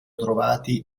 trovati